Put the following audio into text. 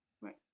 Right